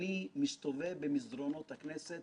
אני מסתובב במסדרונות הכנסת